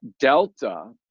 delta